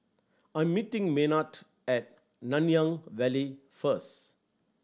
I'm meeting Maynard at Nanyang Valley first